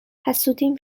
حسودیم